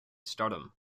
stardom